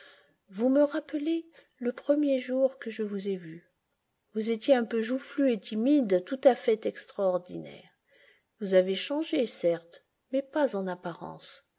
vous me rappelez le premier jour que je vous ai vu vous étiez un peu joufflu et timide tout à fait extraordinaire vous avez changé certes mais pas en apparence